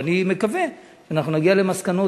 ואני מקווה שאנחנו נגיע למסקנות,